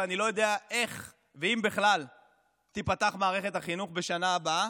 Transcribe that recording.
ואני לא יודע איך ואם בכלל תיפתח מערכת החינוך בשנה הבאה.